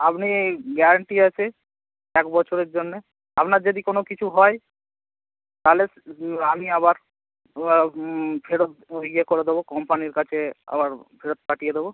আপনি গ্যারেন্টি আছে এক বছরের জন্যে আপনার যদি কোনো কিছু হয় তালে আমি আবার ফেরত ও ইয়ে করে দেবো কম্পানির কাছে আবার ফেরত পাঠিয়ে দেবো